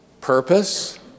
purpose